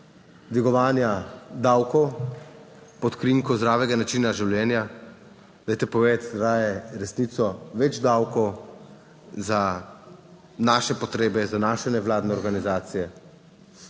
dvigovanja davkov pod krinko zdravega načina življenja. Dajte povedati je resnico: več davkov za naše potrebe, za naše nevladne organizacije,